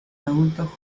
adultos